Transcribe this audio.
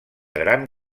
gran